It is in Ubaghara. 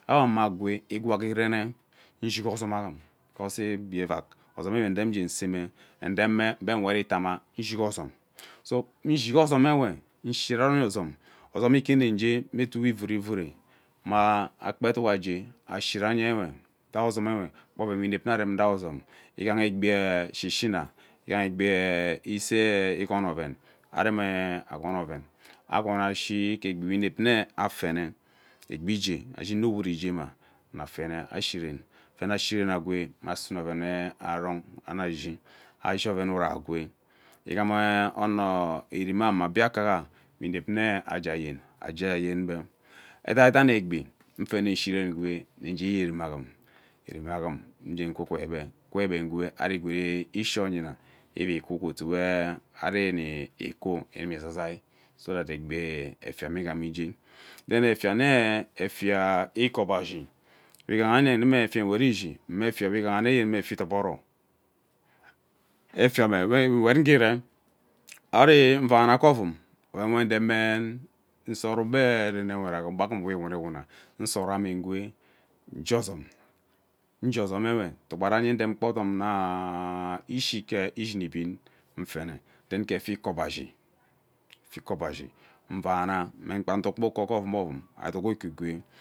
Ebe ame agwe igwaga ireme ishi ozom aghum because egbi evak odon we uuerem nye nseme nne rem mgbe nwet itama nshig ozom so nshigi ozom nwe nshi rai ozom ozom ike nne nge me otu we ivure ivur mme ekpe eduk age ashi ranye uwe utak ozom uwe mme oven we inevi nne arem zaa ozom ighah egbi ee shihsina igham egbi ee igoho oven aren ee goon oven agoni ashi ke egbi we inep mme afene egbi igee ayin me uwut igema afene ashi ren. afene ashi ren agwe asume oven arong ani ashi ashi oven urei agwe igham ono ighaha erema mme biakea we inevi nne age ayen age aye ebe ediaden egbi ufene ishi reng ugwe nne gee ye arime aghum arime aghum uge gwu gwu ebe ukwu ebe ugwe ari gwood ishi oyina ivu kwu gee otuo we ari ani kwu inimi zazai so egbi efia me nnije then efia nnee efia ikobashi ighahyene efia nwet ishi efia we ngahayene mme efia idoboro efieme nwet ngeree ari nvana gee ovum we den mmee usoro ugba rene nwet aghum ugba rene nwet aghum ugba agum we iwune iwune nsora ngwe uge ozom uge ozom uwe ukwuranye nren kpa odomnaaa ishike ishin ibin ufene then efia ikobasi nvana mme gba ukwa uduk gba uko gee ovum ovum nduk uko gee ovum ngee.